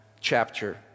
chapter